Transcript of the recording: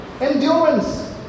Endurance